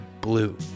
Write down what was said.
blue